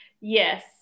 Yes